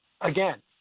again